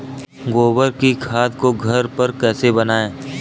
गोबर की खाद को घर पर कैसे बनाएँ?